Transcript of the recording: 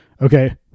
okay